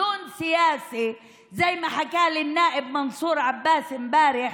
שמתנהל בחדרי חדרים,